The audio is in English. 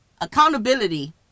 accountability